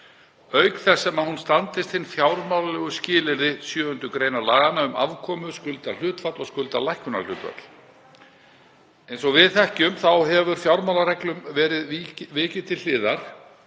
auk þess sem hún standist fjármálaleg skilyrði 7. gr. laganna um afkomu, skuldahlutfall og skuldalækkunarhlutfall. Eins og við þekkjum hefur fjármálareglum verið vikið til hliðar